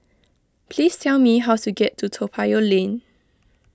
please tell me how to get to Toa Payoh Lane